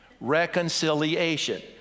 Reconciliation